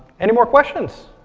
any more questions?